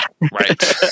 right